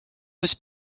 was